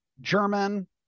German